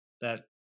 that-